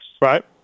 right